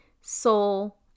soul